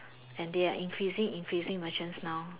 and they are increasing increasing merchants now